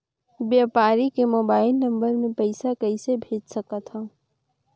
व्यापारी के mobile number मे पईसा कइसे भेज सकथव?